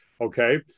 Okay